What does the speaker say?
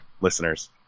listeners